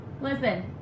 listen